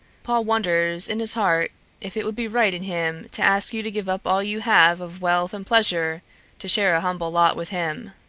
paul wonders in his heart if it would be right in him to ask you to give up all you have of wealth and pleasure to share a humble lot with him.